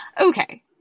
Okay